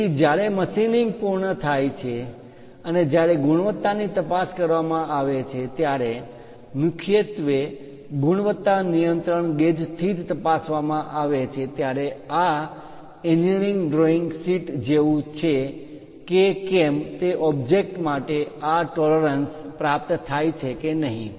તેથી જ્યારે મશીનિંગ પૂર્ણ થાય છે અને જ્યારે ગુણવત્તાની તપાસ કરવામાં આવે છે ત્યારે મુખ્યત્વે ગુણવત્તા નિયંત્રણ ગેજ થી તપાસવામાં આવે છે ત્યારે આ એન્જિનિયરિંગ ડ્રોઈંગ શીટ જેવુ છે કે કેમ તે ઓબ્જેક્ટ માટે આ ટોલરન્સ પરિમાણ માં માન્ય તફાવત પ્રાપ્ત થાય છે કે નહીં